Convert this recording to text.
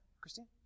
Christine